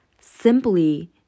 simply